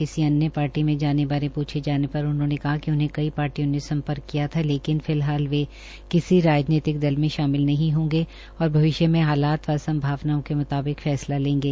किसी अन्य पार्टी में जाने बारे पूछे जाने पर उन्होंने कहा कि उन्हें कई पार्टियों ने सम्पर्क किया था लेकिन फिलहाल वे किसी राजनीतिक दल में शामिल नहीं होंगे और भविष्य में हालात व संभावनाओं के म्ताबिक फैसला लेंगे